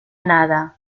nada